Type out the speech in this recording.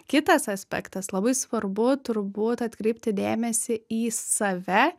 kitas aspektas labai svarbu turbūt atkreipti dėmesį į save